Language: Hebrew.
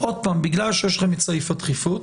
עוד פעם, בגלל שיש לכם את סעיף הדחיפות,